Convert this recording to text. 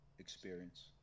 experience